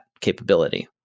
capability